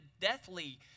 deathly